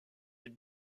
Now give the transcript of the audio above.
est